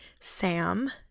Sam